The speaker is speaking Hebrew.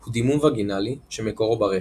הוא דימום וגינלי שמקורו ברחם.